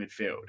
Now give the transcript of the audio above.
midfield